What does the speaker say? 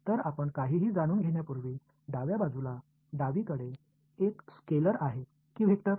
तर आपण काहीही जाणून घेण्यापूर्वी डाव्या बाजूला डावीकडे एक स्केलर आहे कि वेक्टर